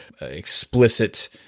explicit